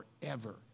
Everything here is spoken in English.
forever